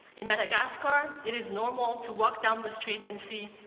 in madagascar, it is normal to walk down the street and see